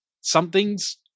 something's